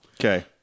Okay